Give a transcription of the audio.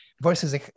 versus